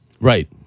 Right